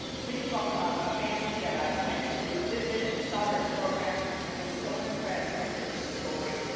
please welcome up a family that i went to a visit and saw their program and was so impressed at their story.